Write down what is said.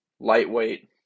Lightweight